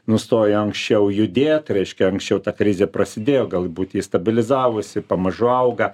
nustojo anksčiau judėt reiškia anksčiau ta krizė prasidėjo galbūt ji stabilizavosi pamažu auga